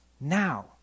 now